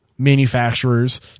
Manufacturers